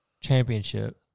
championship